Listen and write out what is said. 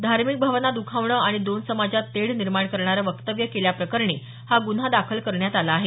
धार्मिक भावना दुखावणं आणि दोन समाजात तेढ निर्माण करणारं वक्तव्य केल्याप्रकरणी हा गुन्हा दाखल करण्यात आला आहे